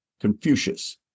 Confucius